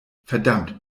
verdammt